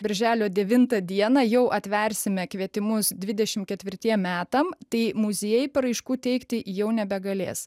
birželio devintą dieną jau atversime kvietimus dvidešim ketvirtiem metam tai muziejai paraiškų teikti jau nebegalės